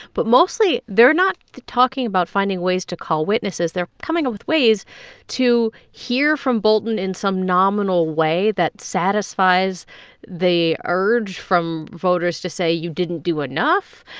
but mostly, they're not talking about finding ways to call witnesses. they're coming up with ways to hear from bolton in some nominal way that satisfies the urge from voters to say, you didn't do enough,